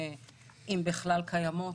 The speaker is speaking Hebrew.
אם בכלל קיימות,